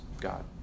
God